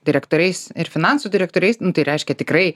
direktoriais ir finansų direktoriais nu tai reiškia tikrai